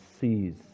sees